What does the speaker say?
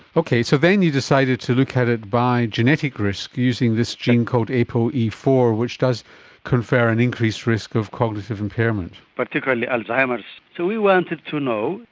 okay, so then you decided to look at it via genetic risk, using this gene called apoe e four, which does confer an increased risk of cognitive impairment. particularly alzheimer's. so we wanted to know,